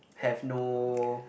have no